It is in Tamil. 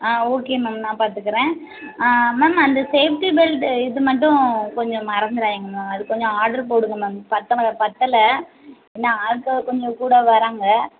ஆ ஓகே மேம் நான் பார்த்துக்குறேன் ஆ மேம் அந்த சேஃப்ட்டி பெல்ட் இது மட்டும் கொஞ்சம் மறந்துவிடாதீங்க மேம் அது கொஞ்சம் ஆட்ரு போடுங்க மேம் பற்றல பற்றல ஏன்னால் ஆட்கள் கொஞ்சம் கூட வராங்க